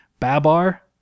babar